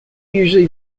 usually